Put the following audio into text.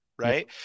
Right